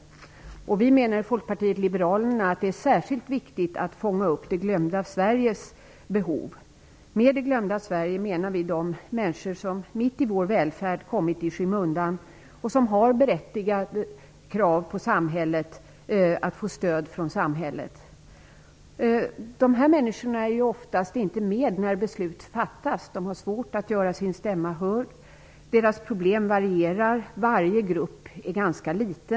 Folkpartiet liberalerna menar att det är särskilt viktigt att fånga upp det glömda Sveriges behov. Med det glömda Sverige menar vi de människor som mitt i vår välfärd har kommit i skymundan och som har berättigade krav på att få stöd från samhället. Dessa människor är oftast inte med när beslut fattas och har svårt att göra sin stämma hörd. Deras problem varierar. De olika grupperna är ganska små.